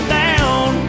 down